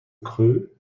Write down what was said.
creux